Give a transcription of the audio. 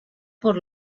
por